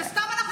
שסתם אנחנו